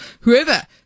whoever